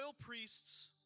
priests